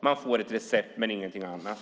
De får ett recept men ingenting annat.